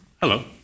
Hello